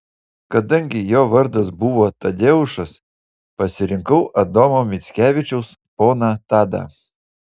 kadangi jo vardas buvo tadeušas pasirinkau adomo mickevičiaus poną tadą